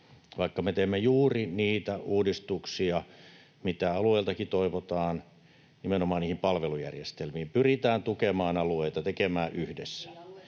vaikka me teemme juuri niitä uudistuksia, mitä alueiltakin toivotaan, nimenomaan niihin palvelujärjestelmiin. Pyritään tukemaan alueita, tekemään yhdessä.